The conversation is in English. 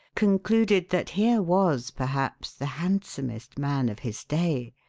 concluded that here was, perhaps, the handsomest man of his day,